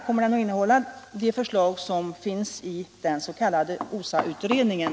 Kommer den att innehålla de förslag som finns i den s.k. OSA-utredningen?